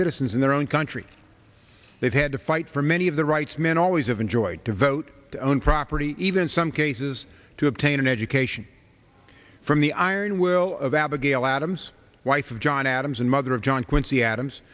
citizens in their own country they've had to fight for many of the rights men always have enjoyed to vote own property even some cases to obtain an education from the iron will of abigail adams wife of john adams and mother of john quincy adams